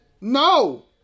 No